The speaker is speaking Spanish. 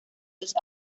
los